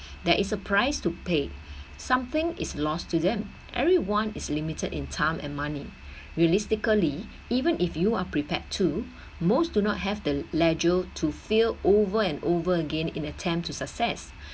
there is a price to pay something is lost to them everyone is limited in time and money realistically even if you are prepared to most do not have the ledger to failed over and over again in an attempt to success